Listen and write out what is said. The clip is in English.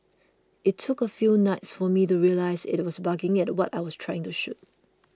it took a few nights for me to realise it was barking at what I was trying to shoot